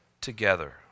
together